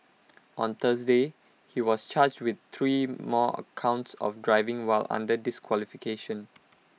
on Thursday he was charged with three more counts of driving while under disqualification